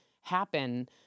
happen